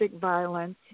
violence